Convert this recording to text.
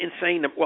insane